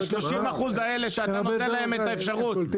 ה-30% האלה שאתה נותן להם את האפשרות,